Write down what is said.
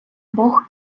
бог